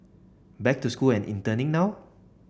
back to school and interning now